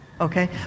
Okay